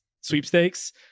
sweepstakes